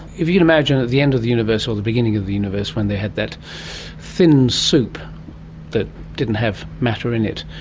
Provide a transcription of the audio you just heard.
if you can imagine at the end of the universe or the beginning of the universe when they had that thin soup that didn't have matter in it,